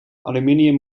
aluminium